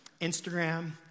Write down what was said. Instagram